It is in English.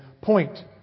point